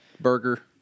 burger